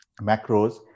macros